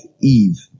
Eve